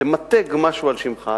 משהו על שמך,